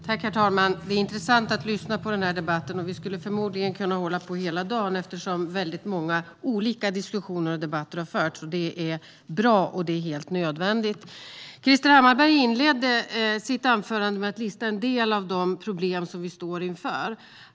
Herr talman! Det är intressant att lyssna på debatten. Vi skulle förmodligen kunna hålla på hela dagen. Många olika diskussioner och debatter har förts. Det är bra och helt nödvändigt. Krister Hammarbergh inledde sitt anförande med att lista en del av de problem som vi står inför.